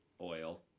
oil